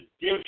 give